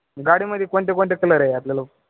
गाडीमध्ये कोणते कोणते कलर आहे आपल्या लो